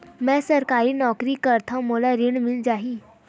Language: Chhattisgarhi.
मै सरकारी नौकरी करथव मोला ऋण मिल जाही?